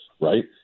right